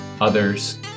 others